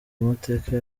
amateka